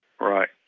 Right